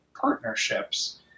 partnerships